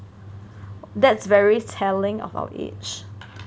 that's very telling of our age